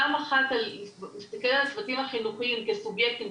פעם אחת נסתכל על הצוותים החינוכיים כסובייקטים,